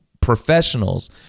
professionals